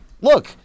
look